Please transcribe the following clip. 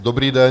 Dobrý den.